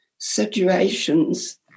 situations